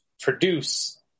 produce